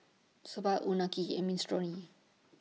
Soba Unagi and Minestrone